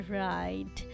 right